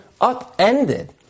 upended